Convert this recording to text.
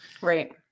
right